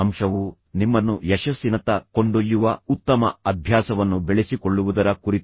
ಮತ್ತು ಮುಂದಿನ ಐದನೇ ಅಂಶವು ನಿಮ್ಮನ್ನು ಯಶಸ್ಸಿನತ್ತ ಕೊಂಡೊಯ್ಯುವ ಉತ್ತಮ ಅಭ್ಯಾಸವನ್ನು ಬೆಳೆಸಿಕೊಳ್ಳುವುದರ ಕುರಿತಾಗಿದೆ